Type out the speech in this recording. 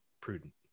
prudent